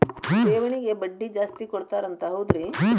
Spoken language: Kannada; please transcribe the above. ಠೇವಣಿಗ ಬಡ್ಡಿ ಜಾಸ್ತಿ ಕೊಡ್ತಾರಂತ ಹೌದ್ರಿ?